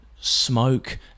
smoke